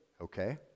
okay